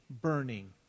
burning